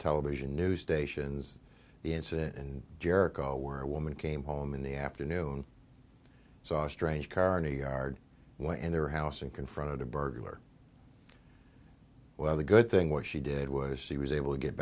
television news stations the incident in jericho where a woman came home in the afternoon saw a strange car new yard went in their house and confronted a burglar well the good thing what she did was she was able to get